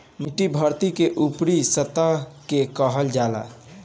मिट्टी धरती के ऊपरी सतह के कहल जाला